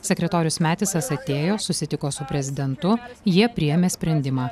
sekretorius metisas atėjo susitiko su prezidentu jie priėmė sprendimą